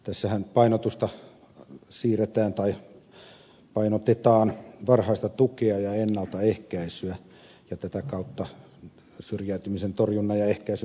tässähän painotetaan varhaista tukea ja ennaltaehkäisyä ja tätä kautta syrjäytymisen torjunnan ja ehkäisyn edellytykset ovat paremmat